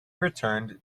returned